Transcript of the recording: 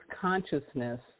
consciousness